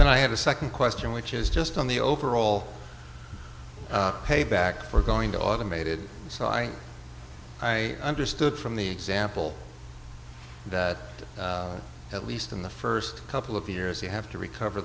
then i have a second question which is just on the overall payback for going to automated so i i understood from the example that at least in the first couple of years you have to recover